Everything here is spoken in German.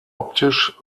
optisch